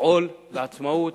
לפעול בעצמאות.